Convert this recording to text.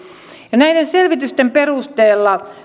näiden selvitysten perusteella